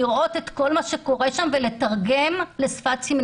לראות את כל מה שקורה שם ולתרגם לשפת סימנים.